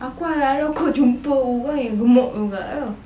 aku harap-harap kau jumpa orang yang gemok juga [tau]